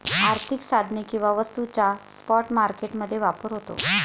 आर्थिक साधने किंवा वस्तूंचा स्पॉट मार्केट मध्ये व्यापार होतो